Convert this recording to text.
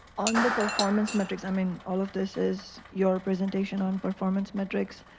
and performance metrics, i mean all of this is your presentation on performance metrics.